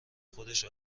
خودش